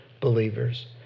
believers